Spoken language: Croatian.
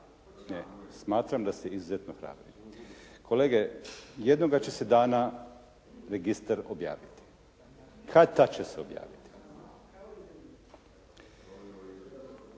Smatram da ste izuzetno hrabri. Kolege jednoga će se dana registar objaviti. Kad-tad će se objaviti.